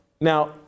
now